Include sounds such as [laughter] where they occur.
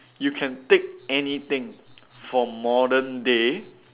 you can take anything [noise] from modern day